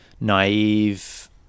naive